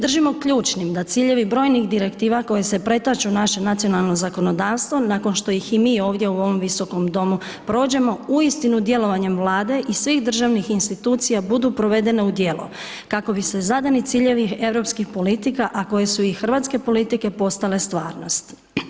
Držimo ključnim da ciljevi brojnih Direktiva koje se pretaču u naše nacionalno zakonodavstvo nakon što ih i mi ovdje u ovom visokom domu prođemo, uistinu djelovanjem Vlade i svih državnih institucija budu provedene u djelo kako bi se zadani ciljevi europskih politika, a koje su i hrvatske politike postale stvarnost.